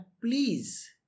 please